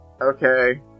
Okay